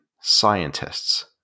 scientists